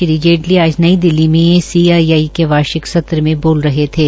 श्री जेटली आज नई दिल्ली में सीआईआई के वार्षिक सत्र में बोल रहे थे